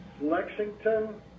Lexington